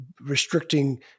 restricting